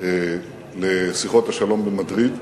לשיחות השלום במדריד,